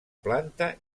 planta